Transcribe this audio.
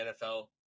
NFL